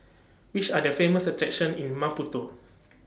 Which Are The Famous attractions in Maputo